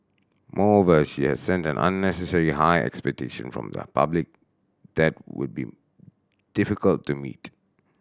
moreover she has set an unnecessary high expectation from the public that would be difficult to meet